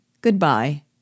Goodbye